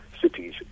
cities